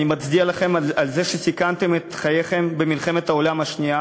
אני מצדיע לכם על זה שסיכנתם את חייכם במלחמת העולם השנייה